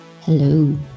Hello